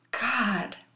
God